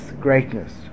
greatness